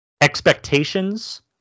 Expectations